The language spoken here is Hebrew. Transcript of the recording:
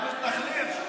המתנחלים.